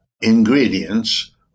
ingredients